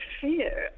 fear